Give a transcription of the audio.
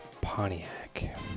Pontiac